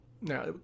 Now